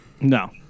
No